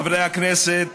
חברי הכנסת,